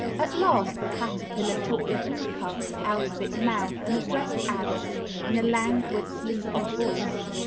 at last the caterpillar took the hookah out of its mouth and addressed alice in a languid, sleepy voice.